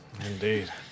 Indeed